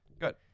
Good